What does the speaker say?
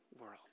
world